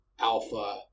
alpha